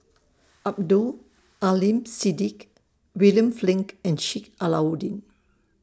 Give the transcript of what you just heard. Abdul Aleem Siddique William Flint and Sheik Alau'ddin